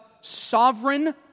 sovereign